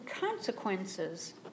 consequences